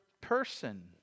person